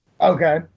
Okay